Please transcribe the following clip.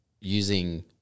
using